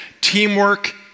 Teamwork